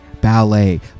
ballet